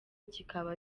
kikaba